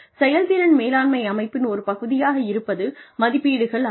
செயல்திறன் மேலாண்மை அமைப்பின் ஒரு பகுதியாக இருப்பது மதிப்பீடுகள் ஆகும்